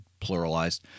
pluralized